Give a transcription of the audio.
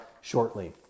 shortly